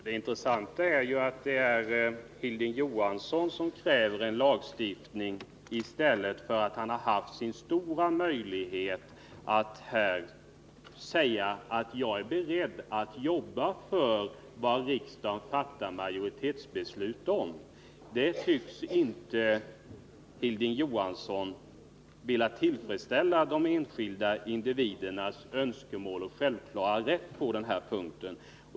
Herr talman! Det intressanta är att det är Hilding Johansson som kräver lagstiftning i stället för att utnyttja den stora möjlighet han haft att här säga att han är beredd att jobba för det som riksdagen fattar majoritetsbeslut om. Hilding Johansson tycks inte vilja tillgodose de enskilda individernas önskemål och självklara rätt på den här punkten.